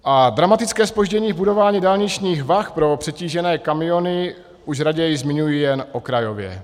A dramatické zpoždění v budování dálničních vah pro přetížené kamiony už raději zmiňuji jen okrajově.